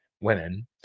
women